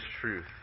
truth